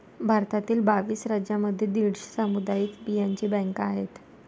भारतातील बावीस राज्यांमध्ये दीडशे सामुदायिक बियांचे बँका आहेत